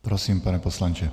Prosím, pane poslanče.